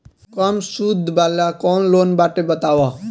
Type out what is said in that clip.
कम सूद वाला कौन लोन बाटे बताव?